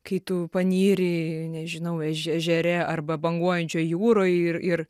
kai tu panyri nežinau ež ežere arba banguojančioj jūroj ir ir